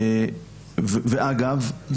אגב,